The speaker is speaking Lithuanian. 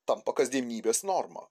tampa kasdienybės norma